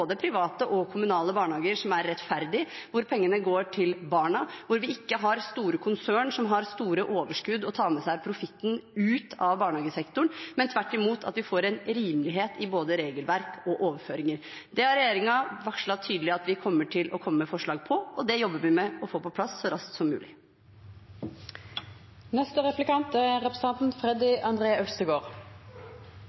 private og kommunale barnehager som er rettferdig, hvor pengene går til barna, og hvor vi ikke har store konsern som har store overskudd og tar med seg profitten ut av barnehagesektoren, men tvert imot at vi får en rimelighet i både regelverk og overføringer. Det har regjeringen varslet tydelig at vi kommer til å komme med forslag på, og det jobber vi med å få på plass så raskt som mulig.